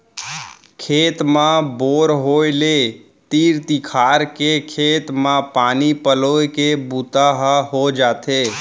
खेत म बोर होय ले तीर तखार के खेत म पानी पलोए के बूता ह हो जाथे